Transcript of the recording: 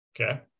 Okay